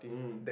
mm